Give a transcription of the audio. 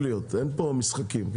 אין פה משחקים.